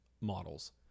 models